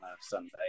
Sunday